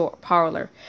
parlor